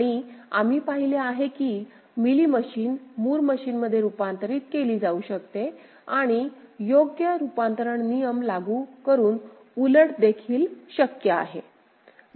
आणि आम्ही पाहिले आहे की मिली मशीन मूर मशीनमध्ये रूपांतरित केली जाऊ शकते आणि योग्य रूपांतरण नियम लागू करून उलट देखील शक्य आहे